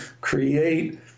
create